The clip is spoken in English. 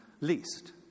least